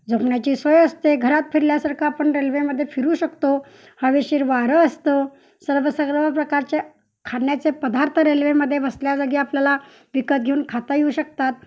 झोपण्याची सोय असते घरात फिरल्यासारखं आपण रेल्वेमध्ये फिरू शकतो हवेशीर वारं असतं सर्व सर्व प्रकारचे खाण्याचे पदार्थ रेल्वेमध्ये बसल्या जागी आपल्याला विकत घेऊन खाता येऊ शकतात